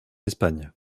espagne